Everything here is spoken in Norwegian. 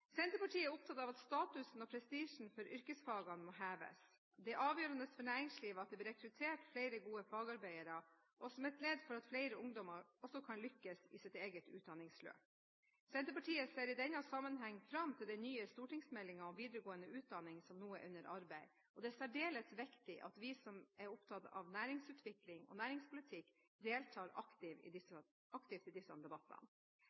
Senterpartiet er opptatt av at statusen og prestisjen for yrkesfagene må heves. Det er avgjørende for næringslivet at det blir rekruttert flere gode fagarbeidere, også som et ledd i at flere ungdommer kan lykkes i sitt eget utdanningsløp. Senterpartiet ser i denne sammenhengen fram til den nye stortingsmeldingen om videregående utdanning, som nå er under arbeid. Det er særdeles viktig at vi som er opptatt av næringsutvikling og næringspolitikk, deltar aktivt i disse debattene.